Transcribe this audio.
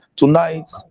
tonight